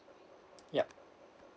ya